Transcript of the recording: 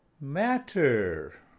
matter